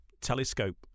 telescope